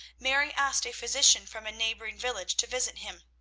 mary asked a physician from a neighbouring village to visit him.